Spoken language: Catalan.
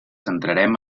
centrarem